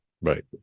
Right